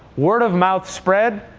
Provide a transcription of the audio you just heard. word of mouth spread.